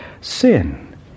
sin